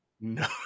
No